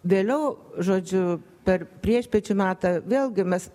vėliau žodžiu per priešpiečių metą vėlgi mes